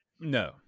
No